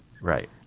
Right